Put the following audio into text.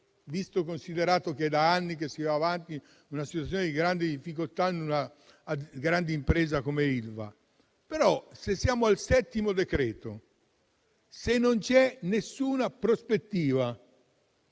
visto e considerato che da anni si va avanti in una situazione di grande difficoltà, in una grande impresa come Ilva. Siamo però al settimo decreto e, se non c'è alcuna prospettiva,